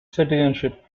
citizenship